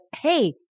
hey